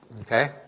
Okay